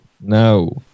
No